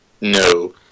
No